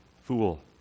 fool